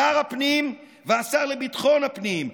שר הפנים והשר לביטחון הפנים,